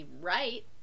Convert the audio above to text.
right